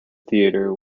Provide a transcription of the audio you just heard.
theatre